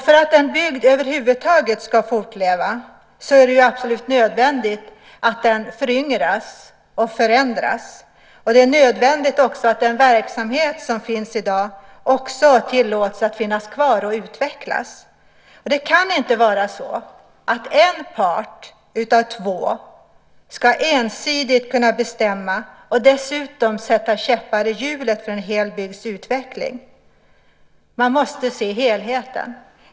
För att en bygd över huvud taget ska fortleva är det absolut nödvändigt att den föryngras och förändras. Det är också nödvändigt att den verksamhet som finns i dag tillåts att finnas kvar och utvecklas. En part av två ska inte ensidigt kunna bestämma och dessutom sätta käppar i hjulet för en hel bygds utveckling. Man måste se helheten.